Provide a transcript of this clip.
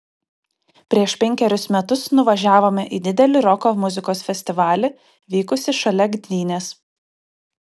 prieš penkerius metus nuvažiavome į didelį roko muzikos festivalį vykusį šalia gdynės